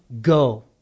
Go